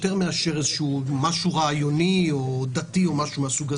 יותר מאשר משהו רעיוני דתי.